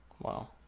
Wow